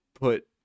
Put